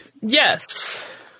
Yes